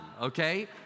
okay